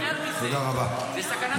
זו סכנת נפשות.